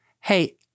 Hey